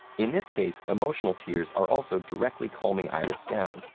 in this case, emotional tears are also directly calming iris down,